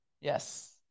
Yes